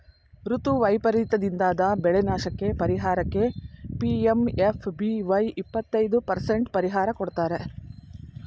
ಋತು ವೈಪರೀತದಿಂದಾದ ಬೆಳೆನಾಶಕ್ಕೇ ಪರಿಹಾರಕ್ಕೆ ಪಿ.ಎಂ.ಎಫ್.ಬಿ.ವೈ ಇಪ್ಪತೈದು ಪರಸೆಂಟ್ ಪರಿಹಾರ ಕೊಡ್ತಾರೆ